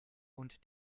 und